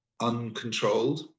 uncontrolled